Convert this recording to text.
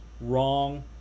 wrong